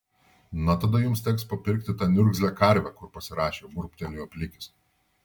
na tada jums teks papirkti tą niurgzlę karvę kur pasirašė burbtelėjo plikis